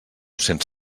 cents